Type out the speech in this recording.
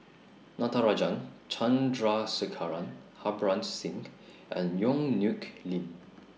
Natarajan Chandrasekaran Harbans Singh and Yong Nyuk Lin